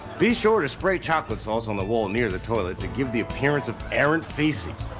be sure to spray chocolate sauce on the wall near the toilet to give the appearance of errant feces.